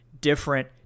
different